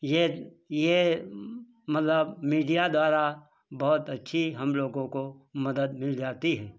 ये ये मतलब मीडिया द्वारा बहुत अच्छी हम लोगों को मदद मिल जाती है